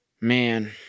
Man